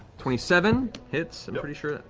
twenty seven, hits, i'm pretty sure.